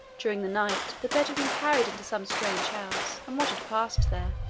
during the night, the bed had been carried into some strange house, and what had passed there.